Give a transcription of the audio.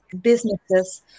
businesses